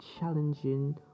challenging